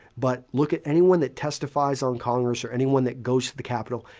but look at anyone that testifies on congress or anyone that goes to the capitol.